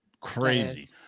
crazy